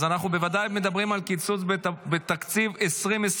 אז אנחנו בוודאי מדברים על קיצוץ בתקציב 2024,